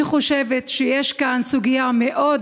אני חושבת שיש כאן סוגיה מאוד